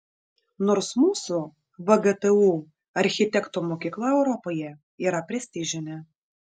nors mūsų vgtu architektų mokykla europoje yra prestižinė